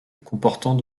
comportant